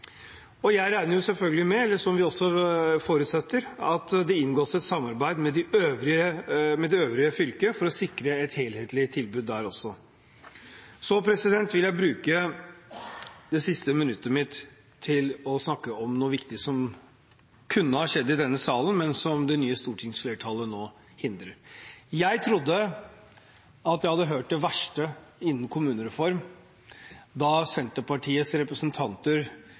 Jeg regner selvfølgelig med, som vi også forutsetter, at det inngås et samarbeid med det øvrige fylket for å sikre et helhetlig tilbud der også. Så vil jeg bruke det siste minuttet mitt til å snakke om noe viktig som kunne ha skjedd i denne salen, men som det nye stortingsflertallet nå hindrer. Jeg trodde at jeg hadde hørt det verste innen kommunereform da Senterpartiets representanter